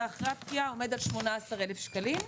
אחרי הפקיעה עומד על 18,000 שקלים,